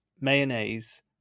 mayonnaise